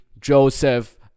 Joseph